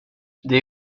det